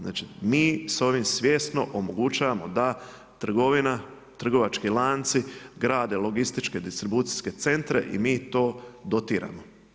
Znači, mi sa ovim svjesno omogućavamo da trgovina, trgovački lanci grade logističke distribucijske centre i mi to dotiramo.